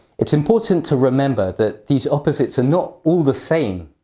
it's important to remember that these opposites are not all the same!